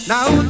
Now